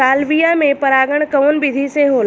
Salvia में परागण कउना विधि से होला?